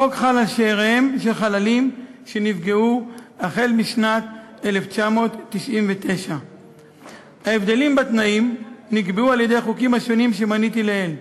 החוק חל על שאיריהם של חללים שנפגעו החל בשנת 1999. 2. ההבדלים בתנאים נקבעו על-ידי החוקים שמניתי לעיל: